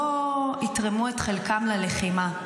לא יתרמו את חלקם ללחימה.